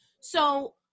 So-